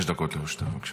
חמש דקות לרשותך, בבקשה.